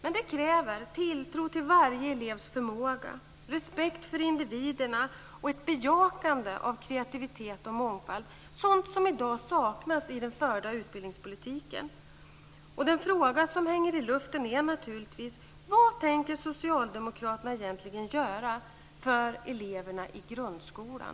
Men det kräver tilltro till varje elevs förmåga, respekt för individerna och ett bejakande av kreativitet och mångfald, sådant som i dag saknas i den förda utbildningspolitiken. Den fråga som hänger i luften är naturligtvis: Vad tänker Socialdemokraterna egentligen göra för eleverna i grundskolan?